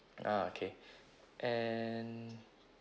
ah okay and